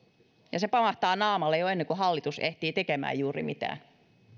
ja se pamahtaa naamalle jo ennen kuin hallitus ehtii tekemään juuri mitään